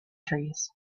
trees